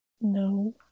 No